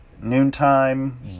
Noontime